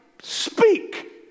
speak